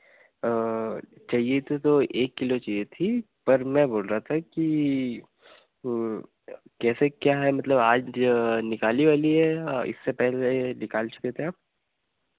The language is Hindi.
चाहिए थी तो एक किलो चाहिए थी पर मैं बोल रहा था कि कैसे क्या है मतलब आज निकाली वाली है या इससे पहले निकाल चुके थे आप